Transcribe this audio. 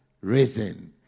risen